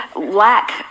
lack